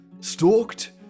stalked